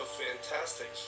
fantastic